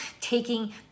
taking